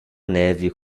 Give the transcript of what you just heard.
neve